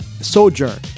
Sojourn